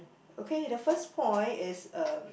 okay the first point is uh